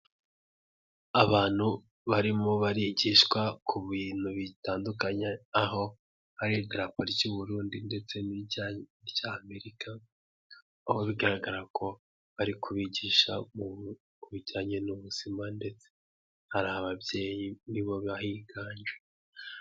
Abantu barimo barigishwa ku bintu bitandukanye, aho hari idarapo ry'Uburundi ndetse n'irya Amerika, aho bigaragara ko bari kubigisha mu bijyanye n'ubuzima ndetse hari ababyeyi ni bo bahiganye.